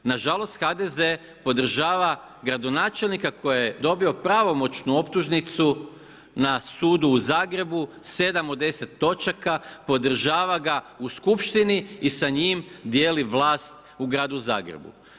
Na žalost HDZ podržava gradonačelnika koji je dobio pravomoćnu optužnicu na sudu u Zagrebu 7 do 10 točaka, podržava ga u Skupštini i sa njim dijeli vlast u gradu Zagrebu.